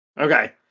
Okay